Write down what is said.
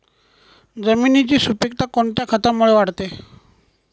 जमिनीची सुपिकता कोणत्या खतामुळे वाढते?